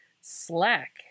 Slack